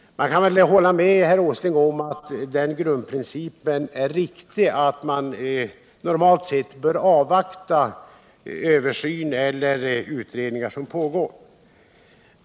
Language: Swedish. Jag kan hålla med herr Åsling om att grundprincipen är riktig, alltså att man normalt sett bör avvakta pågående översyn eller utredning.